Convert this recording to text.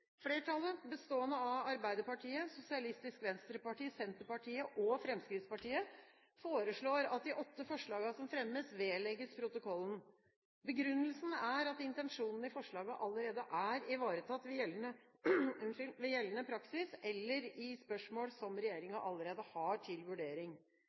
Flertallet, bestående av Arbeiderpartiet, Sosialistisk Venstreparti, Senterpartiet og Fremskrittspartiet, foreslår at de åtte forslagene som fremmes, vedlegges protokollen. Begrunnelsen er at intensjonen i forslagene allerede er ivaretatt ved gjeldende praksis eller i spørsmål som regjeringen allerede har til vurdering.